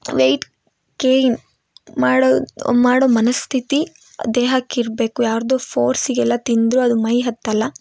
weight gain ಮಾಡೋದು ಮಾಡೋ ಮನಸ್ಥಿತಿ ದೇಹಕ್ಕೆ ಇರಬೇಕು ಯಾರದೋ ಫೋರ್ಸಿಗೆಲ್ಲ ತಿಂದರೂ ಅದು ಮೈ ಹತ್ತಲ್ಲ